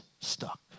stuck